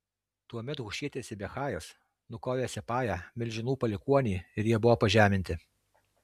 tuomet hušietis sibechajas nukovė sipają milžinų palikuonį ir jie buvo pažeminti